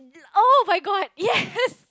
oh my god yes